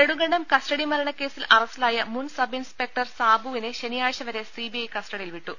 Nedumkandam custody മരണ കേസിൽ അറസ്റ്റിലായ മുൻ സബ് ഇൻസ്പെക്ടർ സാബുവിനെ ശനിയാഴ്ച്ച വരെ സിബിഐ കസ്റ്റഡിയിൽ വിട്ടു